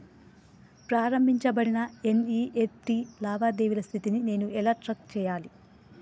ప్రారంభించబడిన ఎన్.ఇ.ఎఫ్.టి లావాదేవీల స్థితిని నేను ఎలా ట్రాక్ చేయాలి?